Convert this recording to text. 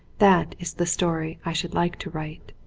that is the story i should like to write.